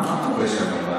מה קורה שם?